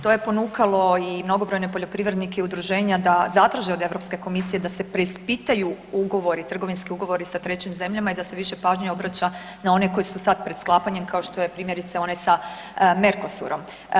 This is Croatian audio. To je ponukalo i mnogobrojne poljoprivrednike i udruženja da zatraže od Europske komisije da se preispitaju ugovori, trgovinski ugovori sa trećim zemljama i da se više pažnje obraća na one koji su sad pred sklapanjem kao što primjerice onaj sa Mercosur-om.